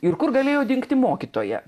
ir kur galėjo dingti mokytoja